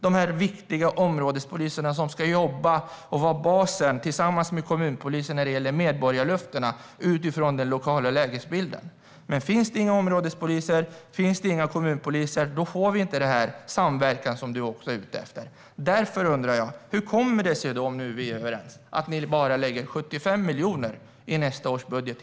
De viktiga områdespoliserna ska jobba och vara basen tillsammans med kommunpolisen när det gäller medborgarlöftena utifrån den lokala lägesbilden. Men finns det inga områdespoliser och kommunpoliser får vi inte den samverkan som även Annika Hirvonen Falk är ute efter. Därför undrar jag: Hur kommer det sig, om vi nu är överens, att ni bara lägger 75 miljoner till polisen i nästa års budget?